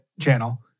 channel